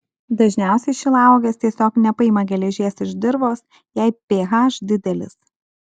dažniausiai šilauogės tiesiog nepaima geležies iš dirvos jei ph didelis